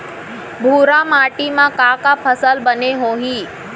भूरा माटी मा का का फसल बने होही?